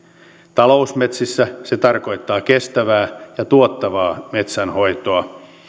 talousmetsissä se tarkoittaa kestävää ja tuottavaa metsänhoitoa